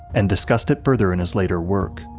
and discussed it further in his later work,